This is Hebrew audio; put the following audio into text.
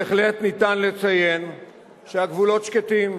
בהחלט אפשר לציין שהגבולות שקטים.